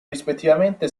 rispettivamente